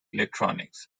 electronics